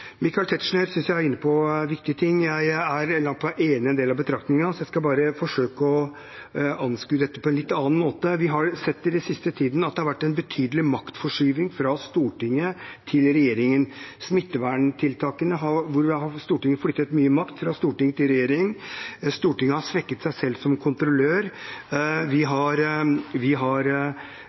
Michael Tetzschner var inne på viktige ting, synes jeg. Jeg er langt på vei enig i en del av betraktningene hans, jeg skal bare forsøke å anskue dette på en litt annen måte. Vi har i den siste tiden sett at det har vært en betydelig maktforskyvning fra Stortinget til regjeringen. Når det gjelder smitteverntiltakene, har Stortinget flyttet mye makt fra storting til regjering. Stortinget har svekket seg selv som kontrollør. Regjeringen har